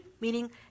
meaning